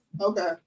okay